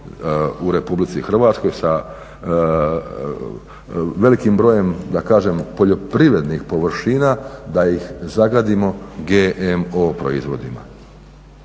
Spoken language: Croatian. u RH sa velikim brojem da kažem poljoprivrednih površina, da ih zagadimo GMO proizvodima.